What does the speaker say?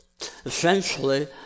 Essentially